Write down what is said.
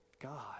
God